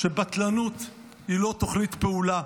שבטלנות היא לא תוכנית פעולה.